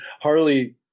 Harley